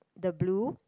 the blue